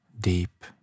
deep